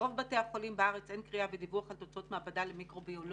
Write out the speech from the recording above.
ברוב בתי החולים בארץ אין קריאה ודיווח על תוצאות מעבדה למיקרוביולוגיה